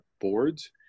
boards